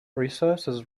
resources